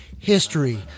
history